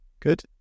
Good